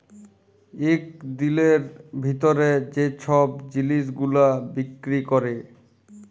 ইক দিলের ভিতরে যে ছব জিলিস গুলা বিক্কিরি ক্যরে